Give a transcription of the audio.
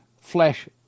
flesh